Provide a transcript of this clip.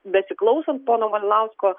besiklausant pono malinausko